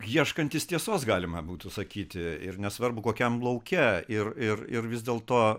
ieškantys tiesos galima būtų sakyti ir nesvarbu kokiam lauke ir ir ir vis dėl to